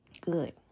good